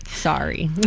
Sorry